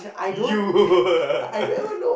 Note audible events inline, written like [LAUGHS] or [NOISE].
you [LAUGHS]